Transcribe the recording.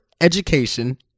education